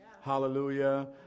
Hallelujah